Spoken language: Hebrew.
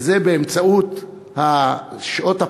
וזה באמצעות שעות הפנאי,